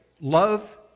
love